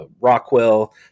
Rockwell